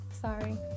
sorry